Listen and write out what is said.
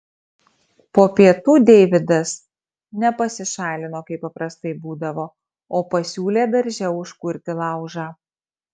po pietų deividas ne pasišalino kaip paprastai būdavo o pasiūlė darže užkurti laužą